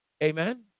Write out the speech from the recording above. Amen